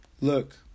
look